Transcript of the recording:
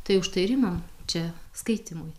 tai už tai ir imam čia skaitymui